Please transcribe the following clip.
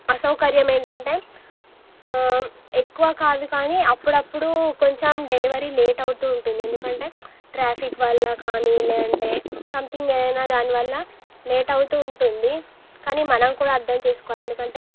అసౌకర్యం ఏంటంటే ఎక్కువ కాదు కానీ అప్పుడప్పుడు కొంచెం డెలివరీ లేట్ అవుతూ ఉంటుంది ఎందుకంటే ట్రాఫిక్ వల్ల కానీ లేదంటే సంథింగ్ ఏదైనా దాని వల్ల లేట్ అవుతూ ఉంటుంది కానీ మనం కూడా అర్థం చేసుకోవాలి ఎందుకంటే